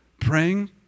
praying